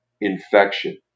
infection